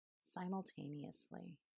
simultaneously